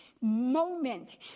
moment